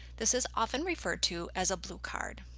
this is often referred to as a blue card.